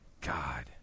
god